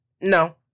no